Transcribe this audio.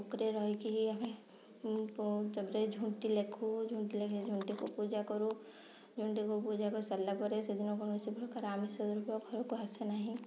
ଭୋକରେ ରହିକି ଆମେ ତାପରେ ଝୁଣ୍ଟି ଲେଖୁ ଝୁଣ୍ଟି ଲେଖିକି ଝୁଣ୍ଟିକୁ ପୂଜା କରୁ ଝୁଣ୍ଟିକୁ ପୂଜା କରିସାରିଲା ପରେ ସେଦିନ କୌଣସି ପ୍ରକାର ଆମିଷ ଦ୍ରବ୍ୟ ଘରକୁ ଆସେ ନାହିଁ